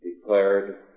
declared